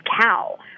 cow